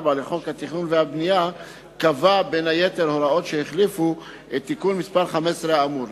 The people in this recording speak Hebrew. לחוק התכנון והבנייה קבע בין היתר הוראות שהחליפו את תיקון מס' 15 האמור.